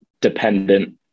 dependent